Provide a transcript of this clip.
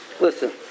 listen